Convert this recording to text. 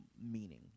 meaning